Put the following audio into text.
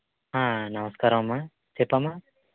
ఆ నమస్కారం అమ్మా చెప్పమ్మా